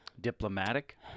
Diplomatic